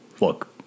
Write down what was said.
Look